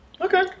Okay